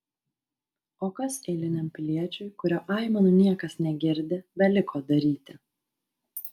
o kas eiliniam piliečiui kurio aimanų niekas negirdi beliko daryti